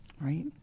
Right